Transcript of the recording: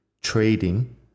trading